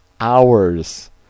hours